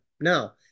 Now